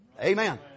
Amen